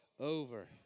Over